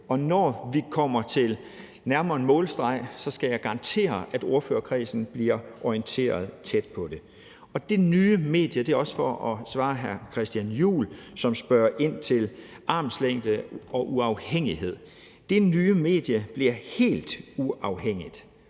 og når vi kommer nærmere en målstreg, skal jeg garantere, at ordførerkredsen bliver orienteret tæt på det. Det nye medie – det er også for at svare hr. Christian Juhl, som spørger ind til armslængde og uafhængighed – bliver helt uafhængigt,